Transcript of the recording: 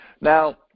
Now